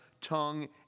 tongue